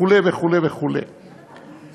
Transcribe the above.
וכו' וכו' וכו'.